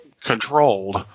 controlled